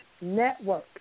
Network